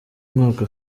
mwaka